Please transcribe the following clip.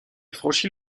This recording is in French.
franchit